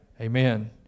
Amen